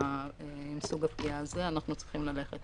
בסוג הפגיעה הזה אנחנו צריכים ללכת